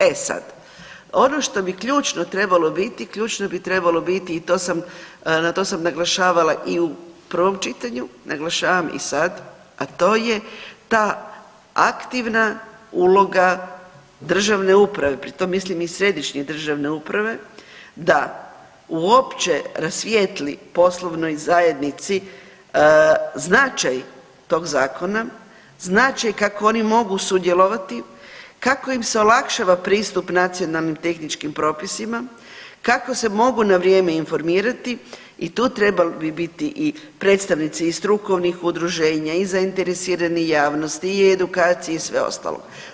E sad, ono što bi ključno trebalo biti, ključno bi trebalo biti i to sam, na to sam naglašavala i u prvom čitanju, naglašavam i sad, a to je ta aktivna uloga državne uprave, pri tom mislim i središnje državne uprave da uopće rasvijetli poslovnoj zajednici značaj tog zakona, značaj kako oni mogu sudjelovati, kako im se olakšava pristup nacionalnim tehničkim propisima, kako se mogu na vrijeme informirati i tu trebali bi biti i predstavnici i strukovnih udruženja i zainteresirane javnosti i edukacije i sve ostalo.